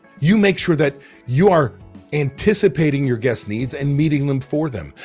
you make sure that you are anticipating your guests needs and meeting them for them,